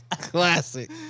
Classic